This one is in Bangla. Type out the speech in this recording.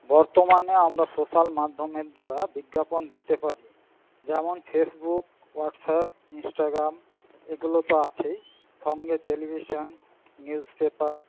বর্তমানে আমরা সোশ্যাল মাধ্যমের দ্বারা বিজ্ঞাপন দিতে পারি যেমন ফেসবুক হোয়াটসঅ্যাপ ইনস্টাগ্রাম এগুলো তো আছেই সঙ্গে টেলিভিশন নিউজপেপার